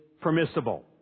permissible